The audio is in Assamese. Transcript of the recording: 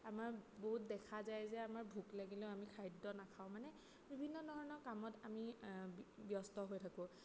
আমাৰ বহুত দেখা যায় যে আমাৰ ভোক লাগিলেও আমি খাদ্য নাখাওঁ মানে বিভিন্ন ধৰণৰ কামত আমি ব্যস্ত হৈ থাকোঁ